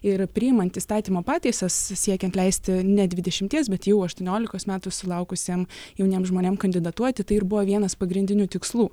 ir priimant įstatymo pataisas siekiant leisti ne dvidešimies bet jau aštuoniolikos metų sulaukusiem jauniem žmonėm kandidatuoti tai ir buvo vienas pagrindinių tikslų